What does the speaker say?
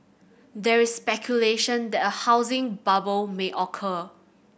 there is speculation that a housing bubble may occur